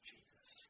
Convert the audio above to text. Jesus